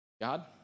God